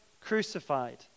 crucified